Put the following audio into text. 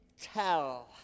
tell